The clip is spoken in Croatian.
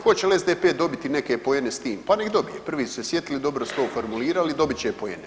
Hoće li SDP dobiti neke poene s tim, pa nek dobije, prvi su se sjetili, dobro su to formulira i dobit će poene.